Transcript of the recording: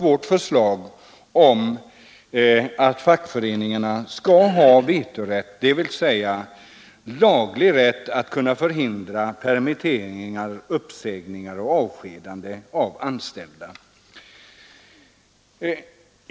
Vårt förslag innebär att fackföreningarna skall ha vetorätt, dvs. laglig rätt att förhindra permitteringar, uppsägningar och avskedanden av anställda.